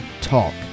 Talk